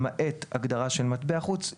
למעט הגדרה של מטבע חוץ,